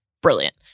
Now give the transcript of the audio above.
Brilliant